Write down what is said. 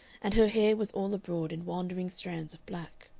and her hair was all abroad in wandering strands of black.